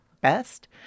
best